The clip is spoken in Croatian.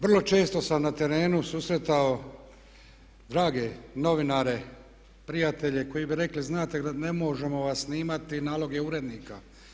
Vrlo često sam na terenu susretao drage novinare, prijatelje koji bi rekli znate ne možemo vas snimati nalog je urednika.